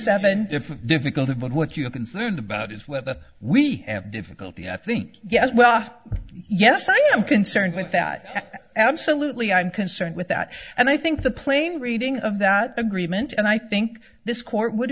seven different difficult of what you are concerned about is whether we have difficulty i think yes well yes i am concerned with that absolutely i'm concerned with that and i think the plain reading of that agreement and i think this court would